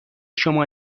شما